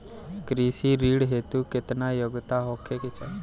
कृषि ऋण हेतू केतना योग्यता होखे के चाहीं?